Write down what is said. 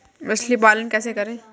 मछली पालन कैसे करें?